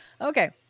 Okay